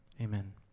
amen